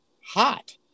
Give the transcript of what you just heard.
hot